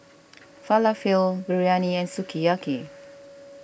Falafel Biryani and Sukiyaki